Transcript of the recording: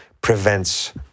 prevents